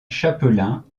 chapelain